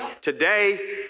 Today